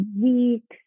weeks